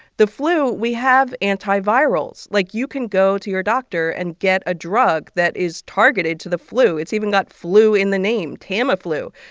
the flu, we have antivirals. like, you can go to your doctor and get a drug that is targeted to the flu. it's even got flu in the name tamiflu.